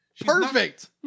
perfect